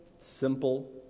simple